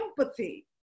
empathy